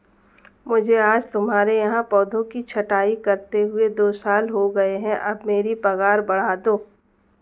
मुझे आज तुम्हारे यहाँ पौधों की छंटाई करते हुए दो साल हो गए है अब मेरी पगार बढ़ा दो